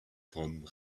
from